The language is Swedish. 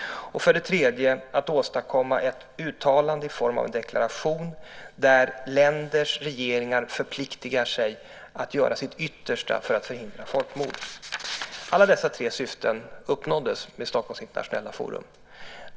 För det tredje att åstadkomma ett uttalande i form av en deklaration där länders regeringar förpliktar sig att göra sitt yttersta för att förhindra folkmord. Alla dessa tre syften uppnåddes vid Stockholms Internationella Forum.